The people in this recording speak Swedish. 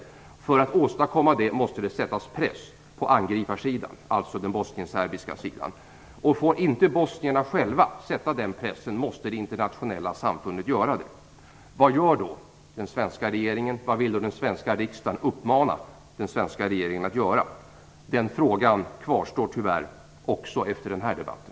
För att åstadkomma det måste det sättas press på angriparsidan, alltså den bosnienserbiska sidan. Får inte bosnierna själva sätta den pressen måste det internationella samfundet göra det. Vad gör då den svenska regeringen, vad vill då den svenska riksdagen uppmana den svenska regeringen att göra? Den frågan kvarstår tyvärr också efter den här debatten.